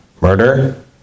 Murder